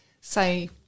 say